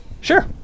Sure